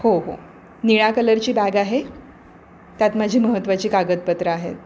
हो हो निळ्या कलरची बॅग आहे त्यात माझी महत्त्वाची कागदपत्रं आहेत